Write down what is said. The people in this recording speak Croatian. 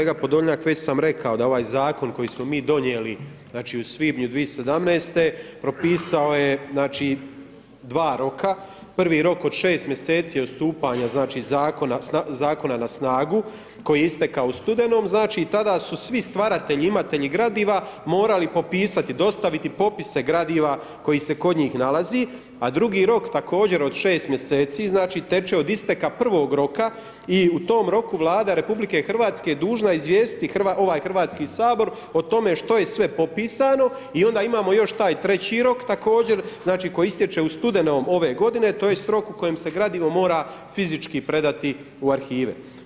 Kolega Podolnjak, već sam rekao da ovaj zakon koji smo mi donijeli u svibnju 2017. propisao je dva roka, prvi rok od 6 mjeseci od stupanja zakona na snagu koji je istekao u studenom, znači tada su svi stvaratelji, imatelji gradiva morali popisati, dostaviti popise gradiva koji se kod njih nalazi a drugi rok također od 6 mjeseci teče od isteka prvog roka i u tom roku Vlada RH dužna je izvijestiti ovaj Hrvatski sabor o tome što je sve popisano i onda imamo taj treći rok, također koji ističe u studenom ove godine, tj. rok u kojem se gradivo mora fizički predati u arhive.